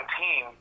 team